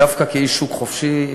דווקא כאיש שוק חופשי,